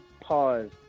Pause